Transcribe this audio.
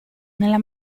nella